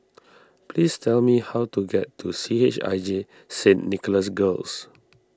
please tell me how to get to C H I J Saint Nicholas Girls